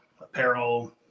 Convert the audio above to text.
apparel